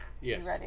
Yes